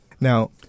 Now